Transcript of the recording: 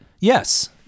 Yes